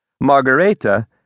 Margareta